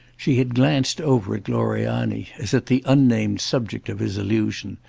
she had glanced over at gloriani as at the unnamed subject of his allusion,